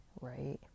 right